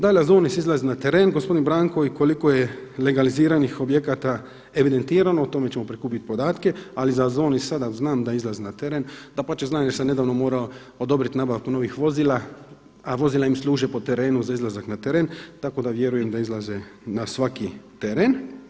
Dalje AZONIZ izlazi na teren, gospodin Branko koliko je legaliziranih objekata evidentirano, o tome ćemo prikupiti podatke, ali za AZONIZ sada znam da izlazi na teren, dapače znam jer sam nedavno morao odobriti nabavku novih vozila, a vozila im služe po terenu za izlazak na teren tako da vjerujem da izlaze na svaki teren.